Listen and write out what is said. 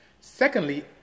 Secondly